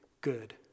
good